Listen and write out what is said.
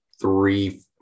three